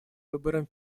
выборам